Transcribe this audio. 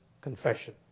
confession